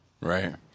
Right